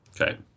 Okay